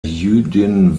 jüdin